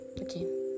okay